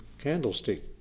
candlestick